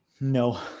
No